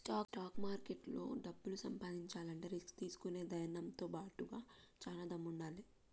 stock మార్కెట్లో డబ్బు సంపాదించాలంటే రిస్క్ తీసుకునే ధైర్నంతో బాటుగా చానా దమ్ముండాలే